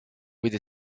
with